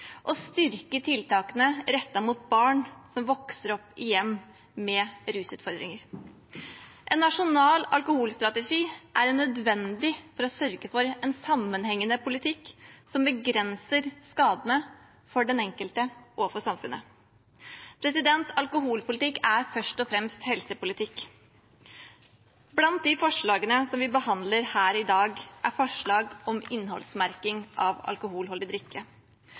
styrke tiltakene rettet mot barn som vokser opp i hjem med rusutfordringer. En nasjonal alkoholstrategi er nødvendig for å sørge for en sammenhengende politikk som begrenser skadene for den enkelte og for samfunnet. Alkoholpolitikk er først og fremst helsepolitikk. Blant de forslagene som vi behandler her i dag, er forslag om innholdsmerking av alkoholholdig drikke.